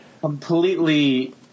Completely